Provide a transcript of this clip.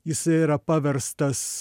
jisai yra paverstas